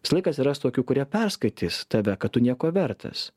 visą laiką atsiras tokių kurie perskaitys tave kad tu nieko vertas